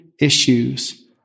issues